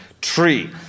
tree